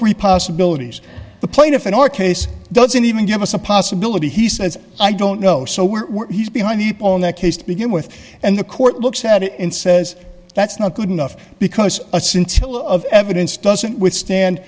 three possibilities the plaintiff in our case doesn't even give us a possibility he says i don't know so we're he's behind the people in that case to begin with and the court looks at it and says that's not good enough because a scintilla of evidence doesn't withstand